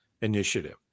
initiative